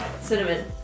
Cinnamon